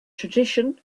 tradition